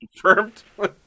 confirmed